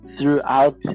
throughout